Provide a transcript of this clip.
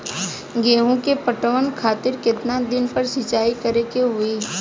गेहूं में पटवन खातिर केतना दिन पर सिंचाई करें के होई?